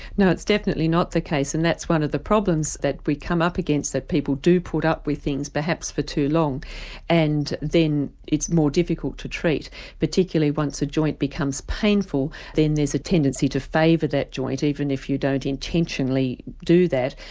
no it's definitely not the case and that's one of the problems that we come up against that people do put up with things, perhaps for too long and then it's more difficult to treat particularly once a joint becomes painful then there's a tendency to favour that joint even if you don't intentionally do that.